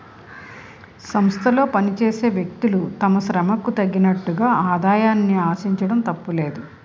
సంస్థలో పనిచేసే వ్యక్తులు తమ శ్రమకు తగ్గట్టుగా ఆదాయాన్ని ఆశించడం తప్పులేదు